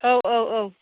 औ औ औ